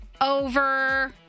over